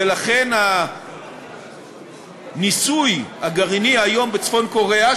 ולכן הניסוי הגרעיני היום בצפון-קוריאה,